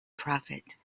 prophet